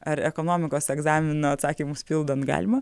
ar ekonomikos egzamino atsakymus pildant galima